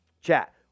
Chat